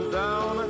down